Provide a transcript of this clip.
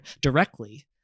directly